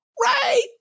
right